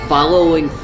Following